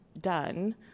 done